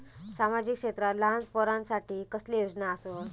सामाजिक क्षेत्रांत लहान पोरानसाठी कसले योजना आसत?